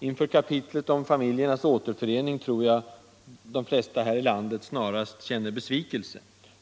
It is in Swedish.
Inför kapitlet om familjernas återförening tror jag de flesta här i landet snarast känner besvikelse.